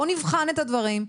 בואו נבחן את הדברים.